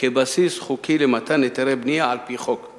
כבסיס חוקי למתן היתרי בנייה על-פי חוק.